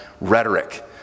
rhetoric